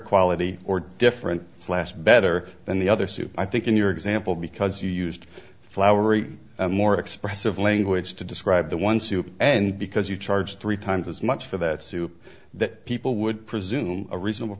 quality or different last better than the other suit i think in your example because you used flowery more expressive language to describe the one soup and because you charge three times as much for that soup that people would presume a reasonable